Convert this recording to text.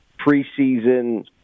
preseason